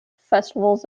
festivals